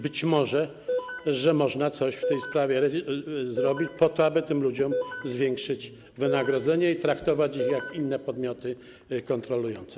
Być może można coś w tej sprawie zrobić po to, aby tym ludziom zwiększyć wynagrodzenie i traktować ich jak inne podmioty kontrolujące.